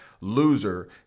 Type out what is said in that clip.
loser